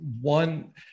one